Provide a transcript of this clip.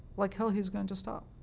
like hell he's going to stop,